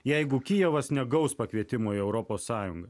jeigu kijevas negaus pakvietimo į europos sąjungą